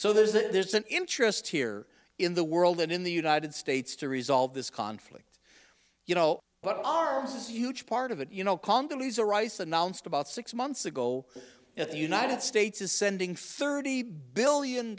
so there's a there's an interest here in the world and in the united states to resolve this conflict you know but arms is huge part of it you know congolese or rice announced about six months ago the united states is sending thirty billion